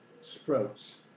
sprouts